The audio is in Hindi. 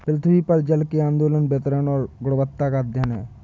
पृथ्वी पर जल के आंदोलन वितरण और गुणवत्ता का अध्ययन है